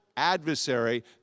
adversary